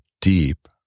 deep